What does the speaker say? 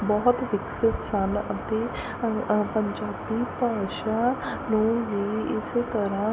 ਬਹੁਤ ਵਿਕਸਿਤ ਸਨ ਅਤੇ ਪੰਜਾਬੀ ਭਾਸ਼ਾ ਨੂੰ ਵੀ ਇਸ ਤਰ੍ਹਾਂ